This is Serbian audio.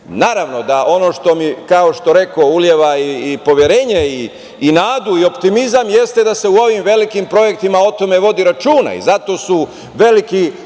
da ono što mi, kao što rekoh, uliva i poverenje, nadu i optimizam jeste da se u ovim velikim projektima o tome vodi računa i zato su veliki autoputni